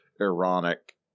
ironic